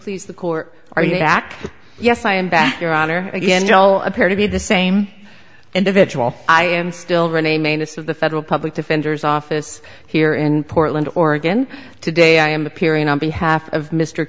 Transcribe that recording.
please the court are you back yes i am back your honor again joe appear to be the same individual i am still renee manus of the federal public defender's office here in portland oregon today i am appearing on behalf of mr